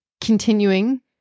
continuing